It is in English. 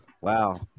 Wow